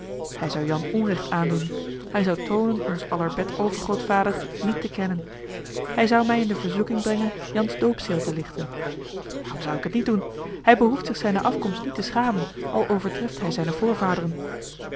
hij zou jan onregt aandoen hij zou toonen ons aller bet over grootvader niet te kennen hij zou mij in verzoeking brengen jan's doopceel te ligten waarom zou ik het niet doen hij behoeft zich zijne afkomst niet te schamen al overtreft hij zijne voorvaderen